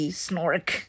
snork